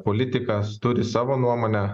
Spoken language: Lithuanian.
politikas turi savo nuomonę